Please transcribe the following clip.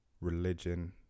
religion